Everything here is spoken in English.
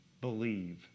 believe